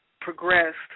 progressed